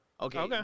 okay